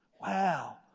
Wow